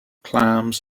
clams